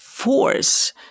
force